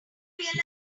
realized